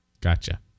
Gotcha